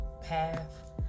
Path